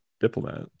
diplomat